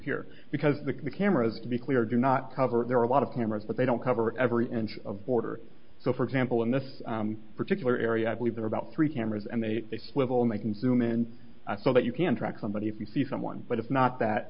here because the cameras to be clear do not cover there are a lot of cameras but they don't cover every inch of border so for example in this particular area i believe there are about three cameras and they a swivel and they consume in a so that you can track somebody if you see someone but it's not that